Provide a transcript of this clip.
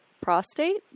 prostate